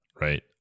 right